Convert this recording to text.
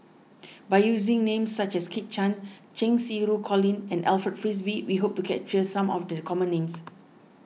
by using names such as Kit Chan Cheng Xinru Colin and Alfred Frisby we hope to capture some of the common names